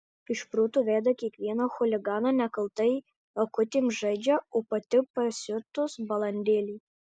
iš proto veda kiekvieną chuliganą nekaltai akutėm žaidžia o pati pasiutus balandėlė